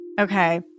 okay